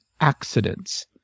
accidents